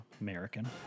American